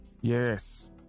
Yes